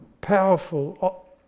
powerful